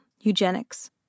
eugenics